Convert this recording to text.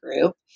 group